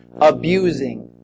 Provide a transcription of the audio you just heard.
abusing